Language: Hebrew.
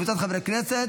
יעקב אשר ומשה